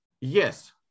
yes